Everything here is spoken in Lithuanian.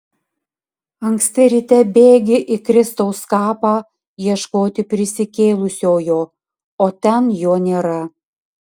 anksti ryte bėgi į kristaus kapą ieškoti prisikėlusiojo o ten jo nėra